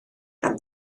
gan